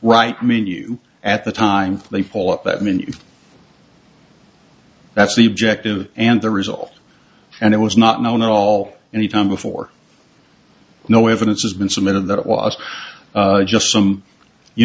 right mean you at the time they fall up that mean if that's the objective and the result and it was not known at all any time before no evidence has been submitted that it was just some you